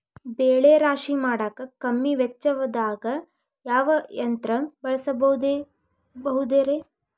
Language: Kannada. ಬೆಳೆ ರಾಶಿ ಮಾಡಾಕ ಕಮ್ಮಿ ವೆಚ್ಚದಾಗ ಯಾವ ಯಂತ್ರ ಬಳಸಬಹುದುರೇ?